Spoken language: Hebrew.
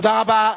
תודה רבה.